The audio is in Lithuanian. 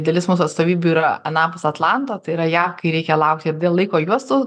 dalis mūsų atstovybių yra anapus atlanto tai yra jav kai reikia laukti ir dėl laiko juostų